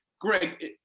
Greg